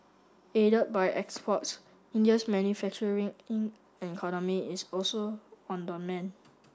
aided by exports India's manufacturing in economy is also on the mend